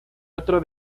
otro